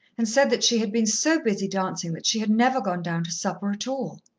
and said that she had been so busy dancing that she had never gone down to supper at all.